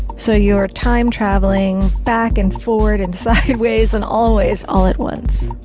so you're time traveling back and forward and sideways and all ways, all at once.